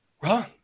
wrong